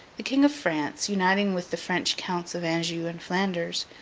the king of france, uniting with the french counts of anjou and flanders,